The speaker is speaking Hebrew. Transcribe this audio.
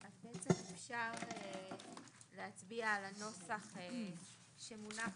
אז בעצם אפשר להצביע על הנוסח שמונח